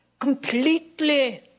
completely